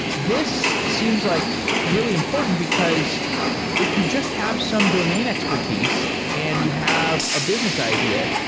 this seems like really important, because if you just have some domain expertise and you have a business idea,